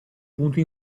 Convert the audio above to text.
punto